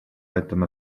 этом